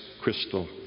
crystal